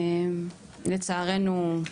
לצערנו,